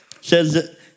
Says